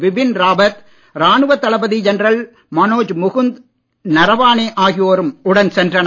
பிபின் ராவத் ராணுவ தளபதி ஜெனரல் மனோஜ் முகுந் நரவானே ஆகியோரும் உடன் சென்றனர்